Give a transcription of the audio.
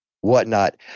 whatnot